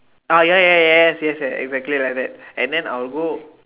ah ya ya ya yes exactly like that and then I will go